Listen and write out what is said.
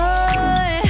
Boy